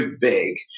big